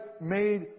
made